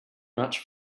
much